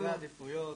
זה סדרי עדיפויות,